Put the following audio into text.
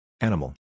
Animal